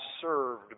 served